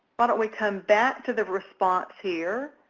why don't we come back to the response here.